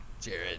Jared